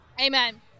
Amen